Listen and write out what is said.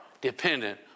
dependent